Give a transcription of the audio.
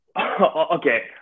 okay